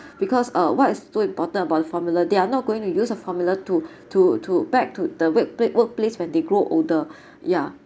because uh what is so important about formula they are not going to use a formula to to to back to the web place workplace when they grow older yeah